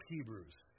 Hebrews